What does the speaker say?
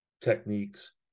techniques